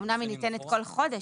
אמנם היא ניתנת כל חודש,